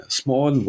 small